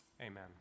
Amen